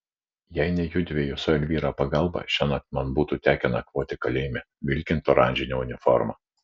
jei ne judviejų su elvyra pagalba šiąnakt man būtų tekę nakvoti kalėjime vilkint oranžinę uniformą